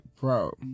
bro